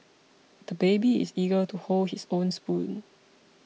the baby is eager to hold his own spoon